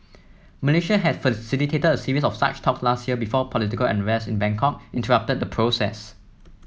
Malaysia has facilitated a series of such talks last year before political unrest in Bangkok interrupted the process